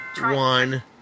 one